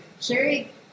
Sherry